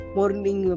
morning